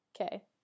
Okay